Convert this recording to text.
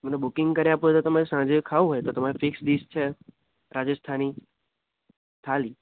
મને બૂકિંગ કરી આપો તો તમારે સાંજે ખાવું હોય તો તમારે ફિક્સ ડિશ છે રાજસ્થાની થાલી